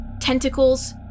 tentacles